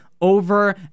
over